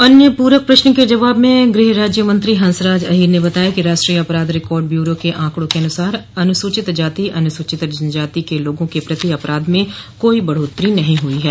अन्य पूरक प्रश्न के जवाब में गृह राज्यमंत्री हंसराज अहीर ने बताया कि राष्ट्रीय अपराध रिकार्ड ब्यूरो के आकड़ों के अनुसार अनुसूचित जाति अनुसूचित जनजाति के लोगों के प्रति अपराध में कोई बढ़ोतरी नहीं हुई है